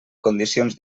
condicions